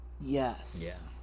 Yes